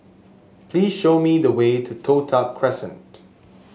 please show me the way to Toh Tuck Crescent